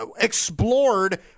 explored